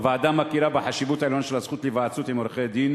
הוועדה מכירה בחשיבות העליונה של הזכות להיוועצות בעורכי-דין